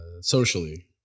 socially